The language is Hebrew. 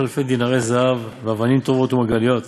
אלפים דינרי זהב ואבנים טובות ומרגליות?